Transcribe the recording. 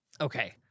Okay